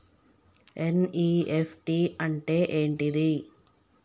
NEFT అంటే ఏంటిది?